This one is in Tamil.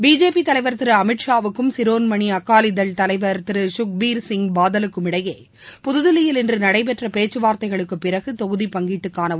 பிஜேபி தலைவர் திரு அமித்ஷாவுக்கும் சிரோன்மணி அகாலிதள் தலைவர் திரு கக்பிர் சிங் பாதலுக்குமிடையே புதுதில்லியில் இன்று நளடபெற்ற பேச்சு வார்த்தைகளுக்கு பிறகு தொகுதி பங்கீட்டுக்காள செய்யப்பட்டது